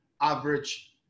average